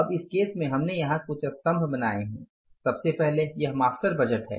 अब इस केस में हमने यहां कुछ स्तम्भ बनाए हैं सबसे पहले यह मास्टर बजट है